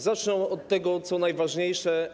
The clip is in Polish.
Zacznę od tego, co najważniejsze.